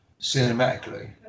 cinematically